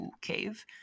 cave